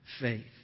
faith